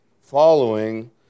following